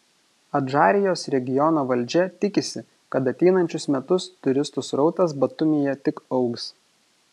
adžarijos regiono valdžia tikisi kad ateinančius metus turistų srautas batumyje tik augs